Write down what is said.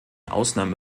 ausnahme